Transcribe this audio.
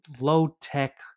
low-tech